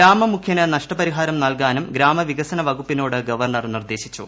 ഗ്രാമ മുഖ്യന് നഷ്ടപരിഹാരം നൽകാനും ഗ്രാമ വികസന വകുപ്പിനോട് ഗവർണർ നിർദ്ദേശിച്ചു